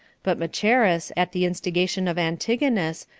but macheras, at the instigation of antigonus,